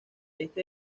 este